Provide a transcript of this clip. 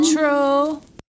True